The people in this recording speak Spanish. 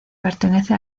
pertenece